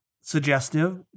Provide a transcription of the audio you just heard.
suggestive